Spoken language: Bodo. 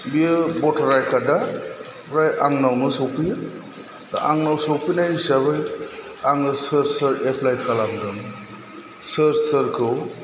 बेयो भटार आइकार्ड आ फ्राय आंनावनो सफैयो दा आंनाव सफैनाय हिसाबै आंनो सोर सोर एप्लाइ खालामदों सोर सोरखौ